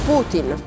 Putin